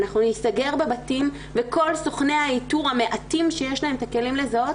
אנחנו ניסגר בבתים וכל סוכני האיתור המעטים שיש להם את הכלים לזהות,